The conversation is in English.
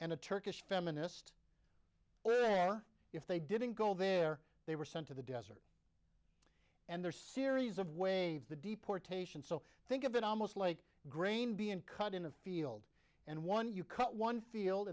and a turkish feminist or if they didn't go there they were sent to the desert and their series of waves the deportation so think of it almost like grain b and cut in a field and one you cut one field